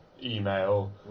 Email